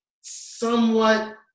somewhat